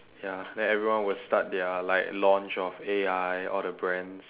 ya then everyone will start their like launch of A_I all the brands